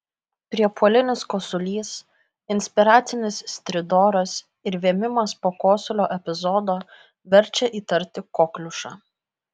priepuolinis kosulys inspiracinis stridoras ir vėmimas po kosulio epizodo verčia įtarti kokliušą